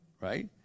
right